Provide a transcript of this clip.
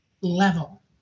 level